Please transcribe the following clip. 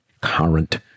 current